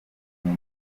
niba